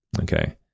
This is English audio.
okay